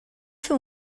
fer